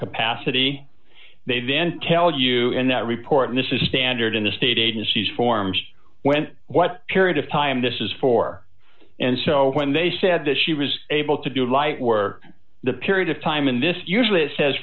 capacity they then tell you in that report and this is standard in the state agencies forms went what period of time this is for and so when they said that she was able to do light work the period of time in this usually it says